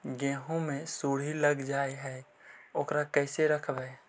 गेहू मे सुरही लग जाय है ओकरा कैसे रखबइ?